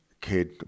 kid